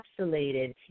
encapsulated